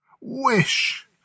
wish